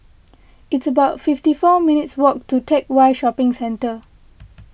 it's about fifty four minutes' walk to Teck Whye Shopping Centre